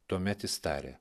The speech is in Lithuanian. tuomet jis tarė